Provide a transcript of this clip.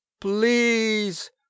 please